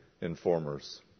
informers